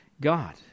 God